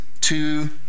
two